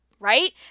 right